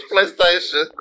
PlayStation